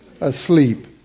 asleep